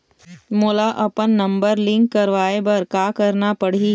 मोला अपन number link करवाये बर का करना पड़ही?